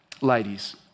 ladies